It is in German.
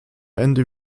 ende